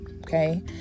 okay